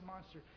Monster